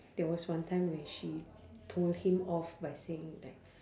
there was one time where she told him off by saying like